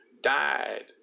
died